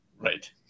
Right